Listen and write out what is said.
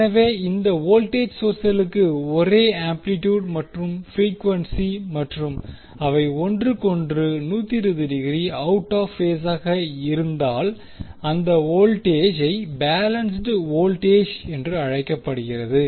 எனவே இந்த வோல்டேஜ் சோர்ஸ்களுக்கு ஒரே ஆம்ப்ளிடியுட் மற்றும் பிரீக்குவென்சி மற்றும் அவை ஒன்றுக்கொன்று 120 டிகிரி அவுட் ஆப் பேஸ் ஆக இருந்தால் அந்த வோல்டேஜை பேலன்ஸ்டு வோல்டேஜ் அழைக்கப்படுகிறது